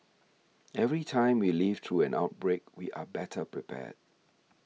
every time we live through an outbreak we are better prepared